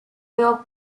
york